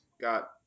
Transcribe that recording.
got